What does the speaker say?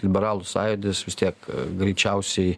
liberalų sąjūdis vis tiek greičiausiai